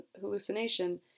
hallucination